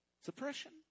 Suppression